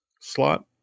slot